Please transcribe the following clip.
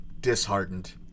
disheartened